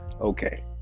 Okay